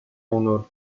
unor